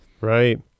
Right